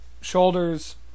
Shoulders